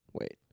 Wait